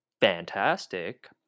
fantastic